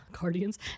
Guardians